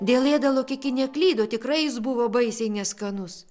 dėl ėdalo kiki neklydo tikrai jis buvo baisiai neskanus